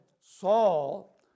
Saul